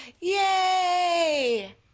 Yay